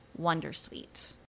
Wondersuite